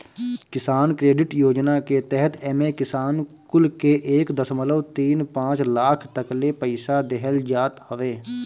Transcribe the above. किसान क्रेडिट योजना के तहत एमे किसान कुल के एक दशमलव तीन पाँच लाख तकले पईसा देहल जात हवे